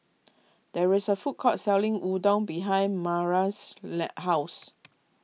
there is a food court selling Udon behind house